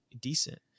decent